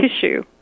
tissue